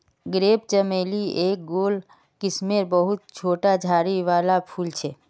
crepe चमेली एक गोल किस्मेर बहुत छोटा झाड़ी वाला फूल छे